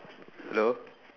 hello